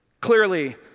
Clearly